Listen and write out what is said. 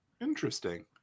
Interesting